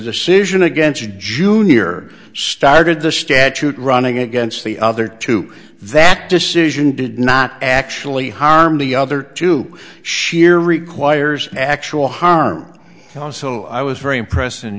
decision against jr started the statute running against the other two that decision did not actually harm the other two sheer requires actual harm and so i was very impressed